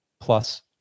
plus